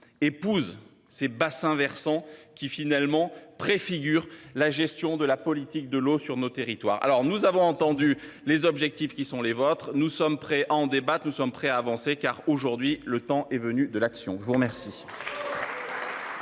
épouse ces bassins versants qui finalement préfigure la gestion de la politique de l'eau sur notre territoire. Alors nous avons entendu les objectifs qui sont les vôtres. Nous sommes prêts à en débattre, nous sommes prêts à avancer car aujourd'hui le temps est venu de l'action. Je vous remercie.